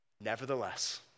nevertheless